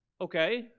Okay